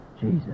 Jesus